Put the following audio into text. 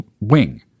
wing